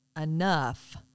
enough